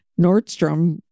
Nordstrom